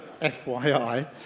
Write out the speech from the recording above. FYI